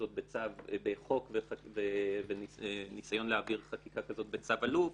כזאת בחוק ובין ניסיון להעביר חקיקה כזאת בצו אלוף,